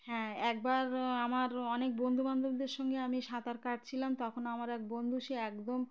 হ্যাঁ একবার আমার অনেক বন্ধুবান্ধবদের সঙ্গে আমি সাঁতার কাটছিলাম তখন আমার এক বন্ধু সে একদম